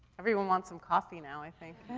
everyone wants some coffee now, i think.